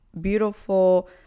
beautiful